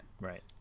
Right